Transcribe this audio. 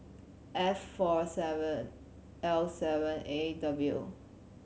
F four seven L seven A W